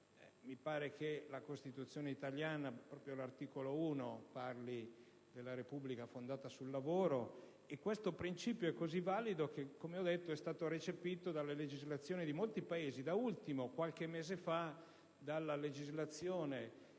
mi pare che la Costituzione italiana, proprio all'articolo 1, parli di Repubblica fondata sul lavoro. Questo principio è talmente valido che è stato recepito dalla legislazione di molti Paesi: da ultimo, qualche mese fa, dalla legislazione